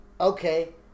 okay